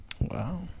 Wow